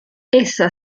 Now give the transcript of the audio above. essa